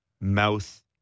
mouth